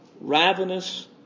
ravenous